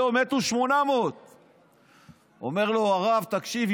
היום מתו 800. אומר לו הרב: תקשיב,